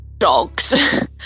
dogs